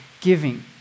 giving